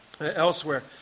elsewhere